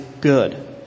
good